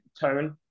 tone